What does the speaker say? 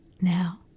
Now